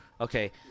okay